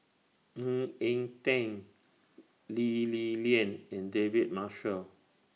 Ng Eng Teng Lee Li Lian and David Marshall